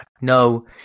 No